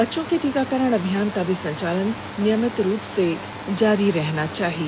बच्चों के टीकाकरण अभियान का भी संचालन नियमित रुप से जारी रहना चाहिए